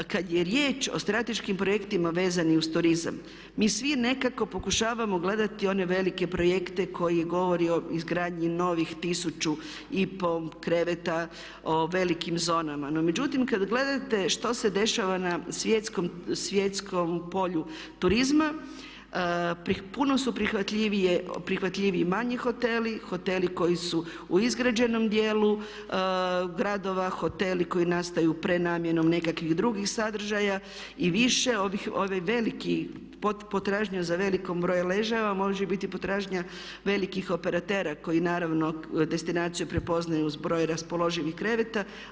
Kada je riječ o strateškim projektima vezanim uz turizam, mi svi nekako pokušavamo gledati one velike projekte koji govore o izgradnji novih tisuću i pol kreveta, o velikim zonama, no međutim, kada gledate što se dešava na svjetskom polju turizma puno su prihvatljiviji manji hoteli, hoteli koji su u izgrađenom dijelu gradova, hoteli koji nastaju prenamjenom nekakvih drugih sadržaja i više ovi veliki, potražnja za velikim brojem ležajeva može biti potražnja velikih operatera koji naravno destinaciju prepoznaju uz broj raspoloživih kreveta.